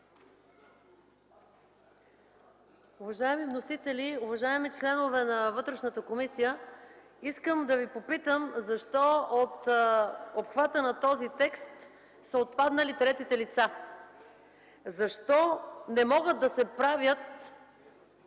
Уважаеми вносители, уважаеми членове на Вътрешната комисия! Искам да Ви попитам защо от обхвата на този текст са отпаднали третите лица? Защо не могат да се правят